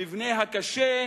המבנה הקשה,